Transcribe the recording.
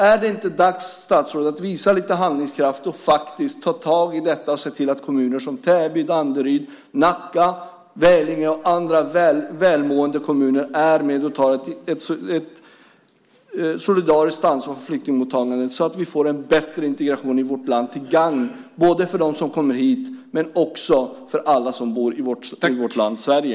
Är det inte dags, statsrådet, att visa lite handlingskraft och ta tag i detta och se till att kommuner som Täby, Danderyd, Nacka, Vellinge och andra välmående kommuner är med och tar ett solidariskt ansvar för flyktigmottagandet så att vi får en bättre integration till gagn både för dem som kommer hit men också för alla som bor i vårt land Sverige?